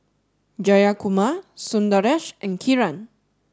Jayakumar Sundaresh and Kiran